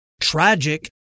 tragic